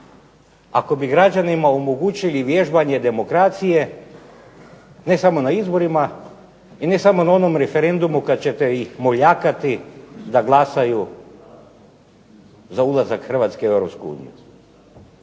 ako bi građanima omogućili vježbanje demokracije, ne samo na izborima i ne samo na onom referendumu kad ćete ih moljakati da glasaju za ulazak Hrvatske u